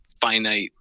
finite